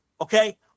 okay